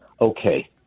okay